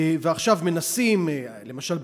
ועכשיו מנסים למשל,